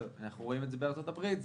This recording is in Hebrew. אנחנו רואים את זה בארצות הברית,